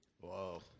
Whoa